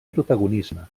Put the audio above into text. protagonisme